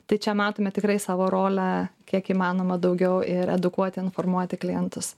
tai čia matome tikrai savo rolę kiek įmanoma daugiau ir edukuoti informuoti klientus